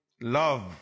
love